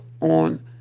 on